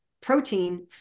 protein